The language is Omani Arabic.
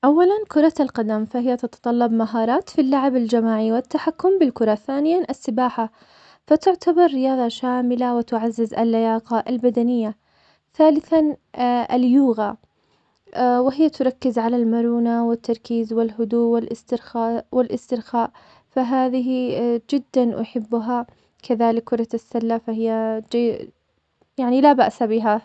أولاً كرة القدم, فهي تتطلب مهارات في اللعب الجماعي والتحكم بالكرة, ثانياً, السباحة, فتعتبر رياضة شاملة, وتعزز اللياقة البدنية, ثالثاً اليوغا, وهي تركز على المرونة, والتركيز, والهدوء, والإسترخاء, فهذه جداً أحبها, كذلك كرة السلة, فهي ج- يعني لا بأس بها.